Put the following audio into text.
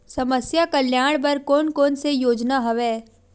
समस्या कल्याण बर कोन कोन से योजना हवय?